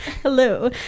hello